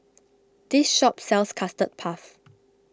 this shop sells Custard Puff